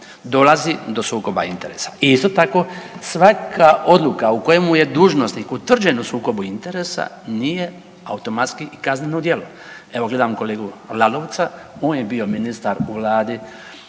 dolazi do sukoba interesa. I isto tako svaka odluka u kojemu je dužnosnik utvrđen u sukobu interesa nije automatski i kazneno djelo. Evo gledam kolegu Lalovca, on je bio ministar u Vladi